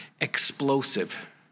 explosive